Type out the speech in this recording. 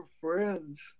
Friends